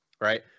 right